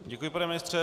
Děkuji, pane ministře.